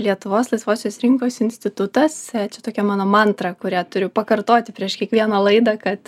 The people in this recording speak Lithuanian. lietuvos laisvosios rinkos institutas čia tokia mano mantra kurią turiu pakartoti prieš kiekvieną laidą kad